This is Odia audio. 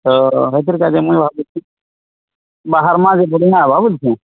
ହଁ ହେଇଥର କାଜେ ମୁଇଁ ଭାବୁଛି ବାହାରମା କେ ବୁଲିମା ଭାବୁଛେ କେ